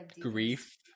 grief